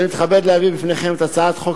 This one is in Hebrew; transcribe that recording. אני מתכבד להביא בפניכם את הצעת חוק